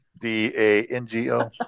D-A-N-G-O